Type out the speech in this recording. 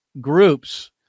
groups